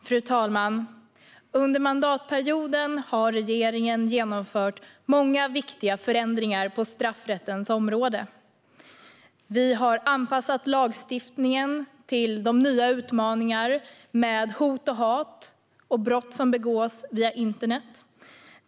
Fru talman! Under mandatperioden har regeringen genomfört många viktiga förändringar på straffrättens område. Vi har anpassat lagstiftningen till nya utmaningar i fråga om hot och hat och brott som begås via internet.